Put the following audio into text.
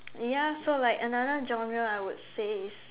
ya so like another genre I would say is